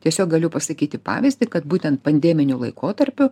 tiesiog galiu pasakyti pavyzdį kad būtent pandeminiu laikotarpiu